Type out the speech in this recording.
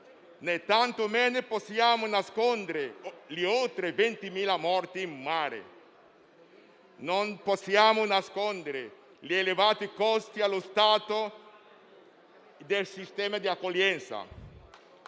né tanto meno possiamo negare gli oltre 20.000 morti in mare. Non possiamo nascondere gli elevati costi dello Stato per il sistema di accoglienza